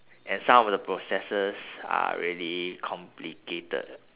and some of the processes are really complicated